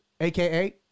aka